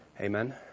Amen